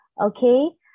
Okay